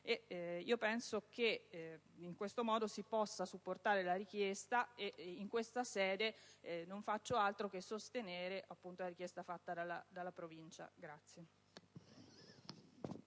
Penso che in questo modo si possa supportare tale proposta, ed in questa sede non faccio altro che sostenere la richiesta avanzata dalla Provincia.